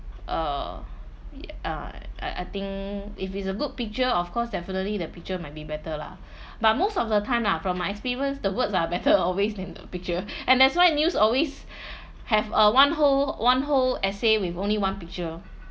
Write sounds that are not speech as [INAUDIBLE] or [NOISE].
err ya uh I I think if it's a good picture of course definitely the picture might be better lah [BREATH] but most of the time lah from my experience the words are better always than the picture and that's why news always have a one whole one whole essay with only one picture